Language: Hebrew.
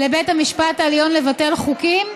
לבית המשפט העליון לבטל חוקים,